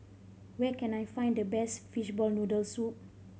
where can I find the best fishball noodle soup